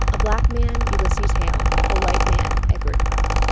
a black man, ulysses hale a white man, edward crough.